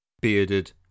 bearded